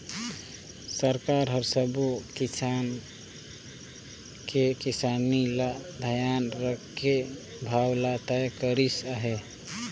सरकार हर सबो किसान के किसानी ल धियान राखके भाव ल तय करिस हे